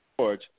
George